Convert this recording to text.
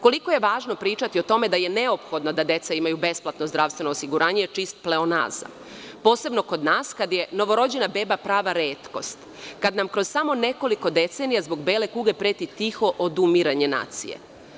Koliko je važno pričati o tome da je neophodno da deca imaju besplatno zdravstveno osiguranje je čist pleonazam, posebno kod nas kad je novorođena beba prava retkost, kad nam kroz samo nekoliko decenija zbog bele kuge preti tiho odumiranje nacije.